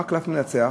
מה הקלף המנצח?